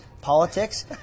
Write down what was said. politics